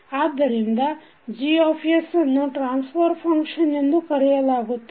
ಆದ್ದರಿಂದ Gಅನ್ನು transfer function ಎಂದು ಕರೆಯಲಾಗುತ್ತದೆ